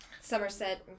Somerset